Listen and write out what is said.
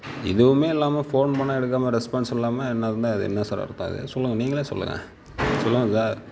எதுவுமே இல்லாம ஃபோன் பண்ணா எடுக்காம ரெஸ்பான்ஸ் இல்லாம என்ன இருந்தா அது என்ன சார் அர்த்தம் அது சொல்லுங்கள் நீங்களே சொல்லுங்கள் சொல்லுங்கள் சார்